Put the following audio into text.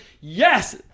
yes